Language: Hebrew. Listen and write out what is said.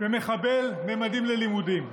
ומחבל ממדים ללימודים.